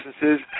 businesses